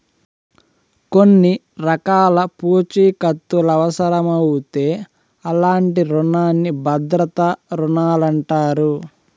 కొన్ని రకాల పూఛీకత్తులవుసరమవుతే అలాంటి రునాల్ని భద్రతా రుణాలంటారు